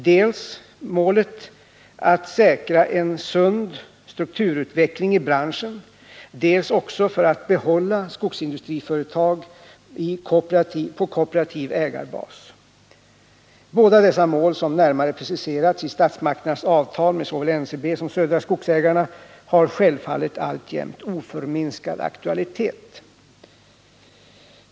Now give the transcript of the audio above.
Det var dels målet att säkra en sund strukturutveckling i branschen, dels målet att behålla skogsindustriföretag på kooperativ ägarbas. Båda dessa mål. som närmare preciserats i statsmakternas avtal med såväl NCB som Södra Skogsägarna. har självfallet alltjämt oförminskad aktualitet.